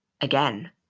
Again